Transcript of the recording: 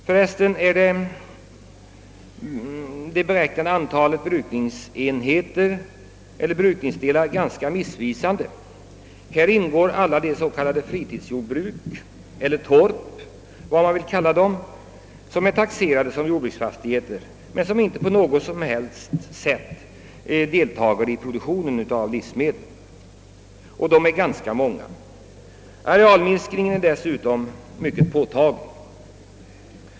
Förresten är det beräknade antalet brukningsdelar ganska missvisande. Häri ingår sålunda alla de s.k. fritidsjordbruk eller torp — vad man nu vill kalla dem — som är taxerade som jordbruksfastigheter men som inte på något sätt deltar i produktionen av livsmedel. Det finns ganska många sådana. Arealminskningen är dessutom mycket påtaglig.